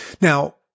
Now